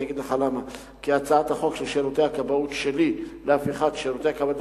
ואני אגיד לך למה: כי הצעת החוק שלי להפיכת שירותי הכבאות